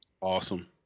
Awesome